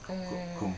oh